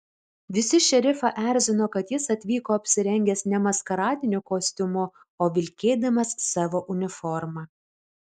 visi šerifą erzino kad jis atvyko apsirengęs ne maskaradiniu kostiumu o vilkėdamas savo uniformą